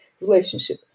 relationship